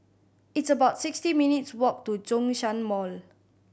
it's about sixty minutes' walk to Zhongshan Mall